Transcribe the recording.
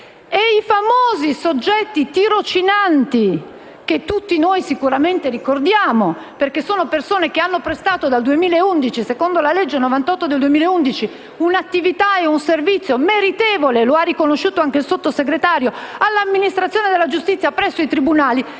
i famosi soggetti tirocinanti, che tutti noi sicuramente ricordiamo, perché sono persone che hanno prestato dal 2011, secondo la legge n. 98 del 2011, un'attività e un servizio meritevole - lo ha riconosciuto anche il Sottosegretario - all'amministrazione della giustizia presso i tribunali